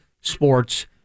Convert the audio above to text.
Sports